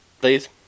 Please